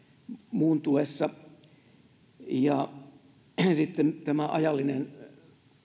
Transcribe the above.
muuntuessa ja sitten on tämä ajallinen